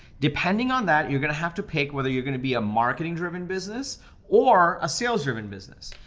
depending on that you're gonna have to pick whether you're gonna be a marketing driven business or a sales driven business.